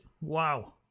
Wow